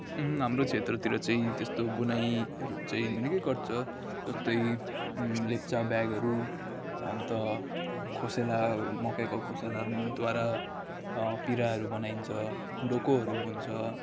हाम्रो क्षेत्रतिर चाहिँ त्यस्तो बुनाइहरू चाहिँ निकै गर्छ जस्तै लेप्चा बेगहरू अन्त खोसेला मकैको खोसेलाद्वारा पिराहरू बनाइन्छ डोकोहरू बुन्छ